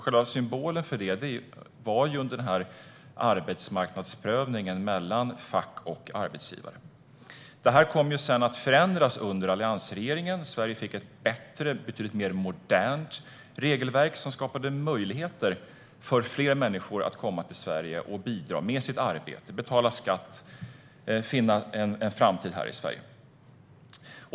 Själva symbolen för det var den där arbetsmarknadsprövningen mellan fack och arbetsgivare. Det kom att förändras under alliansregeringens tid. Sverige fick ett bättre och betydligt modernare regelverk. Det skapade möjligheter för fler människor att komma till Sverige och bidra med sitt arbete, betala skatt och finna en framtid här i Sverige.